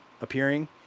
appearing